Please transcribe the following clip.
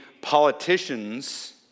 politicians